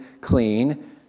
clean